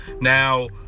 now